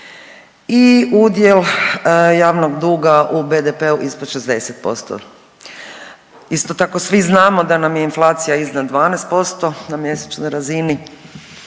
i udjel javnog duga u BDP-u ispod 60% Isto tako svi znamo da nam je inflacija iznad 12% na mjesečnoj razini